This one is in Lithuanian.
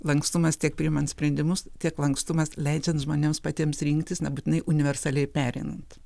lankstumas tiek priimant sprendimus tiek lankstumas leidžiant žmonėms patiems rinktis nebūtinai universaliai pereinant